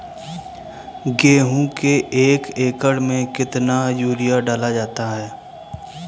गेहूँ के एक एकड़ में कितना यूरिया डाला जाता है?